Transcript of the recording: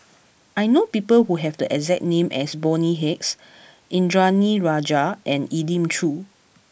I know people who have the exact name as Bonny Hicks Indranee Rajah and Elim Chew